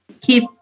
keep